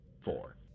four